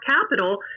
Capital